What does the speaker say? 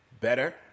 better